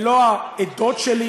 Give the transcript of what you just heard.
ולא ה"עדות" שלי.